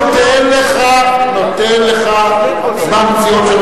אני נותן לך זמן פציעות,